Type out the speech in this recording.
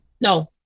no